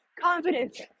confidence